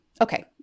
Okay